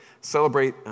celebrate